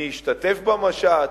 מי השתתף במשט,